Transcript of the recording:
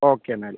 okay എന്നാൽ